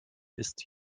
ist